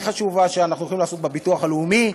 חשובה שאנחנו הולכים לעשות בביטוח הלאומי.